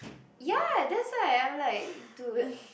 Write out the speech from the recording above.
ya that's why I'm like dude